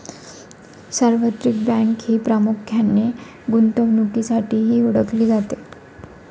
सार्वत्रिक बँक ही प्रामुख्याने गुंतवणुकीसाठीही ओळखली जाते